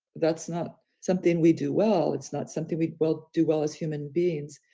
that's not something we do well, it's not something we will do well as human beings.